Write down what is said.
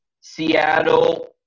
Seattle